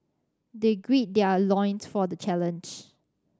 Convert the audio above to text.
they gird their loins for the challenge